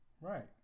Right